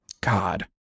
God